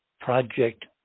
Project